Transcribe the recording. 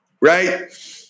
Right